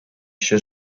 się